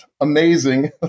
amazing